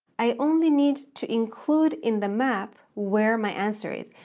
i only need to include in the map where my answer is.